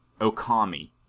Okami